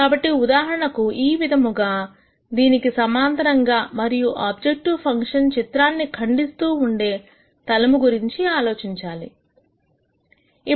కాబట్టి ఉదాహరణకు ఈ విధముగా దీనికి సమాంతరంగా మరియు ఆబ్జెక్టివ్ ఫంక్షన్ చిత్రాన్ని ఖండిస్తూ ఉండే తలము గురించి ఆలోచించాలి